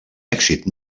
èxit